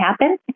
happen